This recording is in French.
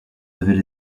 devait